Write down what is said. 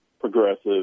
Progressive